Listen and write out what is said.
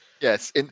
Yes